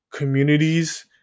communities